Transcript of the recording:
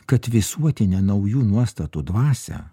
kad visuotinę naujų nuostatų dvasią